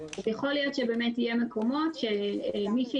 יכול להיות באמת שיהיו מקומות שהרשות,